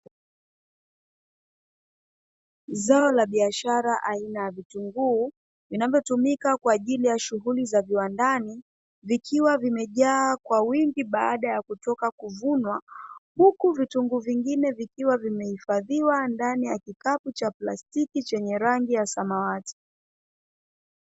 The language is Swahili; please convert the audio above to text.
Zao la biashara aina ya Vitunguu, linalotumika kwa ajili ya shughuli za viwandani, vikiwa vimejaa kwa wingi baada ya kutoka kuvunwa, huku vitunguu vingine vikiwa vimehifadhiwa ndani ya kikapu cha plastiki chenye rangi ya samawati.